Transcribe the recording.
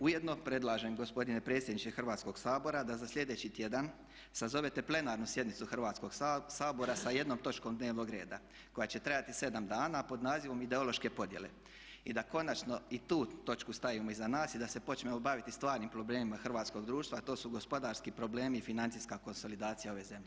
Ujedno predlažem gospodine predsjedniče Hrvatskog sabora da za slijedeći tjedan sazovete plenarnu sjednicu Hrvatskog sabora sa jednom točkom dnevnog reda koja će trajati 7 dana a pod nazivom ideološke podjele i da konačno i tu točku stavimo iza nas i da se počnemo baviti stvarnim problemima hrvatskog društva a to su gospodarski problemi i financijska konsolidacija ove zemlje.